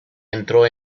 entró